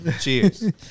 Cheers